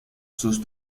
sus